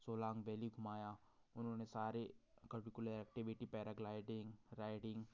Solang valley घुमाया उन्होंने सारे करुकुलर एक्टिविटी पैराग्लाइडिंग राइडिंग